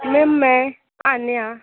ma'am मैं आन्या